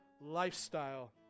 lifestyle